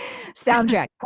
Soundtrack